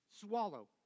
Swallow